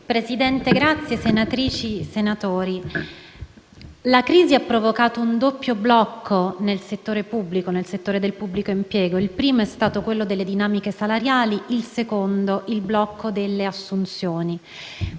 Presidente, senatrici e senatori, la crisi ha provocato un doppio blocco nel settore del pubblico impiego, il primo è stato quello delle dinamiche salariali, il secondo il blocco delle assunzioni.